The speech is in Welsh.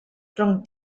rhwng